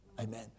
Amen